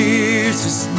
Jesus